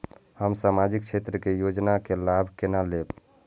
हम सामाजिक क्षेत्र के योजना के लाभ केना लेब?